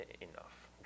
enough